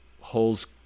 holes